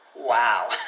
Wow